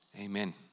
Amen